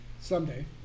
Someday